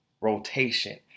rotation